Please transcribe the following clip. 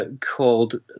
called